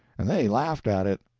and they laughed at it.